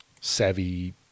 savvy